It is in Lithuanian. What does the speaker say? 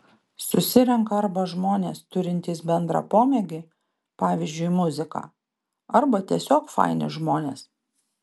susirenka arba žmonės turintys bendrą pomėgį pavyzdžiui muziką arba tiesiog faini žmonės